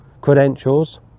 credentials